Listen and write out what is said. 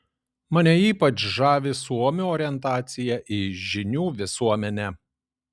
mane ypač žavi suomių orientacija į žinių visuomenę